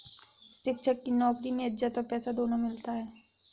शिक्षक की नौकरी में इज्जत और पैसा दोनों मिलता है